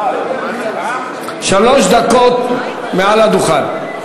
שלוש דקות מעל הדוכן.